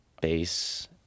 bass